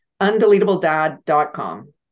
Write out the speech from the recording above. Undeletabledad.com